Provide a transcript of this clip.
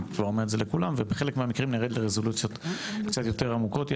בחלק מהמקרים נרד לרזולוציות קצת יותר עמוקות.